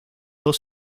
dos